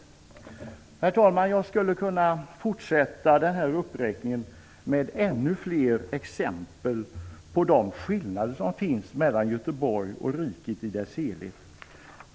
Herr talman! Jag skulle kunna fortsätta den här uppräkningen och ge ännu fler exempel på de skillnader som finns mellan Göteborg och riket i dess helhet.